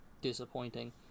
disappointing